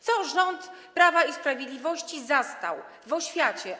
Co rząd Prawa i Sprawiedliwości zastał w oświacie?